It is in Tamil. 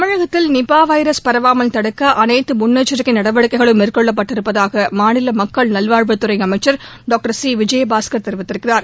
தமிழகத்தில் நிபா வைரஸ் பரவாமல் தடுக்க அனைத்து முன்னெச்சிக்கை நடவடிக்கைகளும் எடுக்கப்பட்டிருப்பதாக மாநில மக்கள் நல்வாழ்வுத் துறை அமைச்சர் டாக்டர் சி விஜயபாஸ்கர் கூறியிருக்கிறார்